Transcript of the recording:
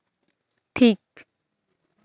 vibrate